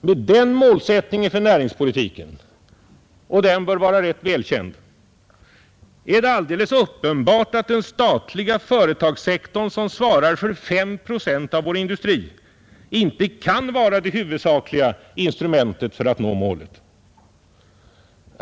Med den målsättningen för näringspolitiken — och den bör vara rätt välkänd — är det alldeles uppenbart att den statliga företagssektorn, som svarar för 5 procent av vår industri, inte kan vara det huvudsakliga instrumentet för att nå målet.